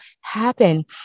happen